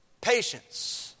patience